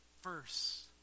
first